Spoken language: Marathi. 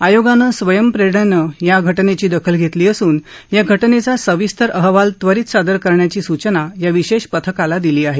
आयोगानं स्वयंप्रेरणेनं या घानेची दखल घेतली असून या घानेचा सविस्तर अहवाल त्वरित सादर करण्याची सूचना या विशेष पथकाला दिली आहे